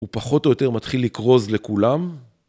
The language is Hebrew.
הוא פחות או יותר מתחיל לכרוז לכולם?